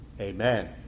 Amen